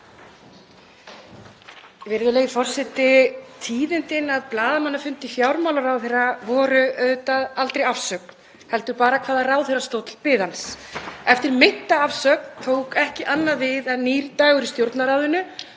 Virðulegi forseti. Tíðindin af blaðamannafundi fjármálaráðherra voru auðvitað aldrei afsögn heldur bara hvaða ráðherrastóll biði hans. Eftir meinta afsögn tók ekki annað við en nýr dagur í Stjórnarráðinu